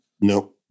No